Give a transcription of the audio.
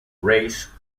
race